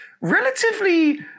relatively